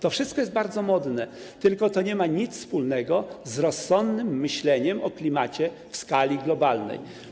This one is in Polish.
To wszystko jest bardzo modne, tylko to nie ma nic wspólnego z rozsądnym myśleniem o klimacie w skali globalnej.